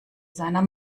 seiner